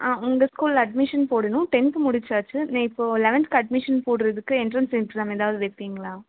ஆ உங்கள் ஸ்கூலில் அட்மிஷன் போடணும் டென்த்து முடிச்சாச்சு நான் இப்போது லவல்த்து அட்மிஷன் போடுறதுக்கு எண்ட்ரன்ஸ் எக்ஸாம் எதாவது வைப்பிங்களா